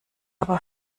aber